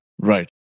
Right